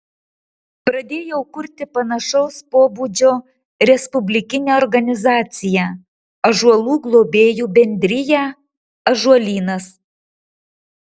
pradėjau kurti panašaus pobūdžio respublikinę organizaciją ąžuolų globėjų bendriją ąžuolynas